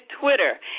Twitter